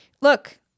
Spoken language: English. look